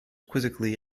quizzically